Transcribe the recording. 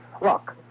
Look